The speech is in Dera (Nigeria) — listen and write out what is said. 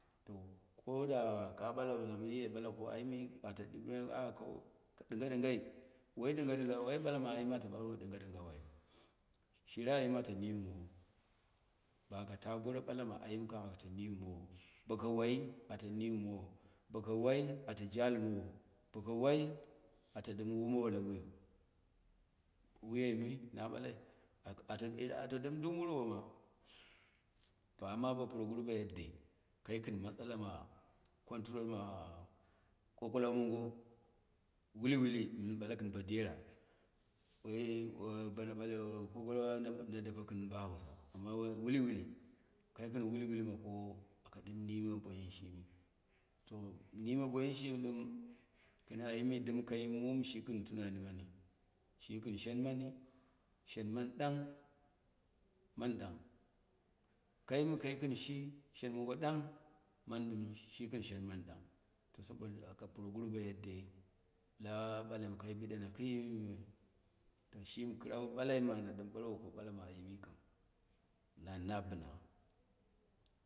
To koda ka ɓala bɨla mɨnye bala ko ayimi ato ɗɨnga ɗɨnghai, wani ɗɨngha ɗɨnghan wai bala ayim bata bau ɗingan ai, shire ayim ato ni nimmowo, bakata goro balama ma anyim kam ata nimmowo, boko wai ata nimmowo, baka wai at jali mawo. baka woi ata ɗɨm wu mowo la wuyo, nuyoi mi na ɓalai? Ata ata ɗɨm duk murwo ma, to quna ba pnroguru ba yadde, kai kɨn matsalama control ma kokobwa mongo, wili wili mɨn ɓale kɨn bo dera, sai bono bale kokokwa na dabe kɨn bo hausa, ama wai wiliwili, kai kɨn wiliwili ma kowo, aka ɗɨm nime boyi shnmi. to nime boyi shimi ɗɨm, kɨm ayini dtm kai mum. Shi kɨn tumani amw, shi shen mani, shen man ɗang, man ɗang, kai mɨ kai gɨn shi, shen mango ɗangi, man ɗɨm shigɨn shen man ɗong to saboda haka puroguru bo yadde da balami kai bidoma bime, to shmi kɨrau ɓala ma ana ɗɨm ɓalwo ko ɓalama nan na bɨna.